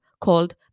called